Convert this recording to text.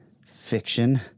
fiction